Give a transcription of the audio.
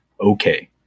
okay